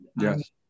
Yes